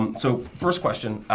um so first question,